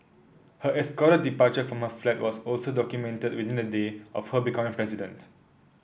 her escorted departure from my flat was also documented within a day of her becoming president